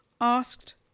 asked